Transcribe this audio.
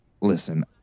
listen